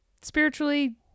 spiritually